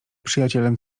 przyjacielem